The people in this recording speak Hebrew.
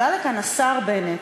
עלה לכאן השר בנט,